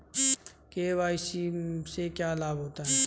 KYC से क्या लाभ होता है?